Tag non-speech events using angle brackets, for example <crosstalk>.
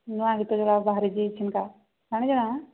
ନୂଆ ଗୀତ ଯୋଉଟା ବାହାରିଛି <unintelligible>